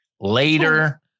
later